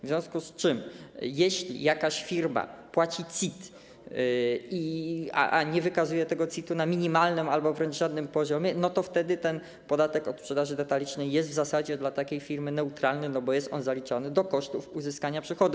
W związku z tym jeśli jakaś firma płaci CIT, a nie wykazuje tego CIT-u na minimalnym albo wręcz żadnym poziomie, to wtedy ten podatek od sprzedaży detalicznej jest w zasadzie dla takiej firmy neutralny, bo jest on zaliczony do kosztów uzyskania przychodów.